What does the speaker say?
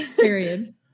Period